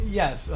yes